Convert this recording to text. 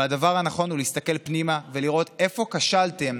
אבל הדבר הנכון הוא להסתכל פנימה ולראות איפה כשלתם